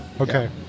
Okay